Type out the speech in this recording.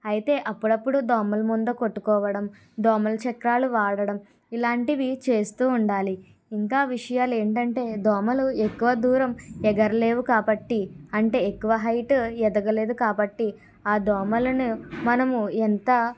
అయితే అప్పుడప్పుడు దోమల మందు కొట్టుకోవడం దోమల చక్రాలు వాడడం ఇలాంటివి చేస్తూ ఉండాలి ఇంకా విషయాలు ఏంటంటే దోమలు ఎక్కువ దూరం ఎగర లేవు కాబట్టి అంటే ఎక్కువ హైట్ ఎదగలేదు కాబట్టి ఆ దోమలను మనము ఎంత